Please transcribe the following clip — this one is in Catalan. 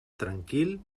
tranquil